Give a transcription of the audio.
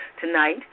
tonight